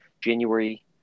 January